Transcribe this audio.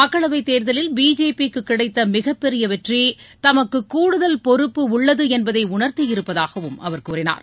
மக்களவைத் தேர்தலில் பிஜேபிக்கு கிடைத்த மிகப்பெரிய வெற்றி தமக்கு கூடுதல் பொறுப்பு உள்ளது என்பதை உணர்த்தியிருப்பதாகவும் அவர் கூறினார்